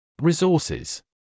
Resources